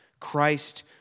Christ